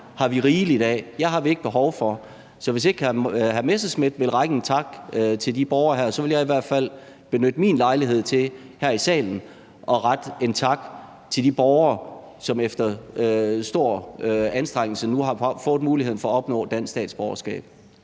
har vi rigeligt af og jer har vi ikke behov for. Så hvis ikke hr. Morten Messerschmidt vil række en tak til de borgere her, vil jeg i hvert fald benytte min lejlighed til her i salen at rette en tak til de borgere, som efter stor anstrengelse nu har fået muligheden for at opnå dansk statsborgerskab.